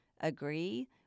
agree